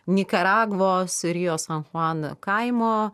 nikaragvos rio san chuan kaimo